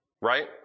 right